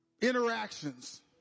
interactions